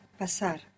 pasar